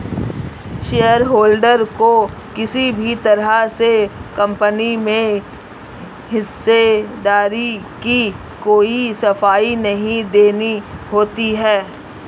shareholder को किसी भी तरह से कम्पनी में हिस्सेदारी की कोई सफाई नहीं देनी होती है